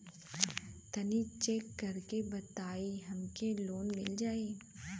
तनि चेक कर के बताई हम के लोन मिल जाई?